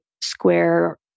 square